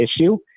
issue